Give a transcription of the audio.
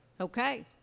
Okay